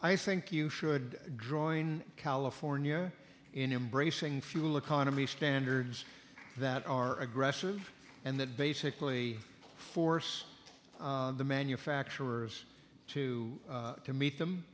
i think you should draw in california in embracing fuel economy standards that are aggressive and that basically force the manufacturers to to meet them